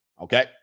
Okay